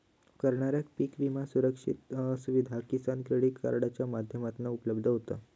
करणाऱ्याक पीक विमा सुविधा किसान क्रेडीट कार्डाच्या माध्यमातना उपलब्ध होता